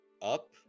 Up